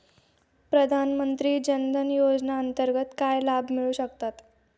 प्रधानमंत्री जनधन योजनेअंतर्गत काय लाभ मिळू शकतात?